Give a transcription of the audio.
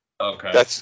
Okay